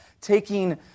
taking